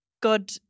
God